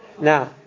now